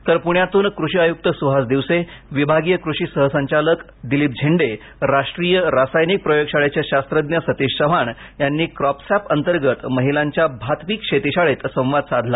तर पुण्यातून कृषी आयुक्त सुहास दिवसे विभागीय कृषि सहसंचालक दिलीप झेंडे राष्ट्रीय रासायनिक प्रयोगशाळेचे शास्रज्ञ सतिश चव्हाण यांनी क्रॉपसॅप अंतर्गत महीलांच्या भात पीक शेतीशाळेत संवाद साधला